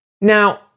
Now